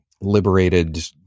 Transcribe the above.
liberated